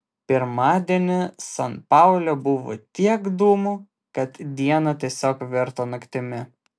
pirmadienį san paule buvo tiek dūmų kad diena tiesiog virto naktimi